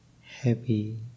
happy